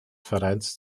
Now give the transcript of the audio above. vereins